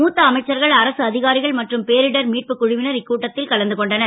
மூத்த அமைச்சர்கள் அரசு அ காரிகள் மற்றும் பேரிடர் மீட்புக் குழுவினர் இக்கூட்டத் ல் கலந்து கொண்டனர்